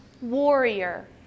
warrior